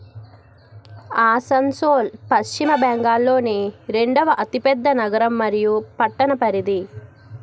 ఆసన్సోల్ పశ్చిమ బెంగాల్లోని రెండవ అతిపెద్ద నగరం మరియు పట్టణ పరిధి